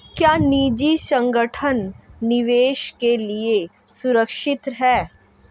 क्या निजी संगठन निवेश के लिए सुरक्षित हैं?